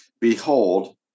Behold